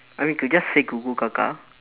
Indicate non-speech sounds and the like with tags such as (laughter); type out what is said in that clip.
I mean you could just say (noise)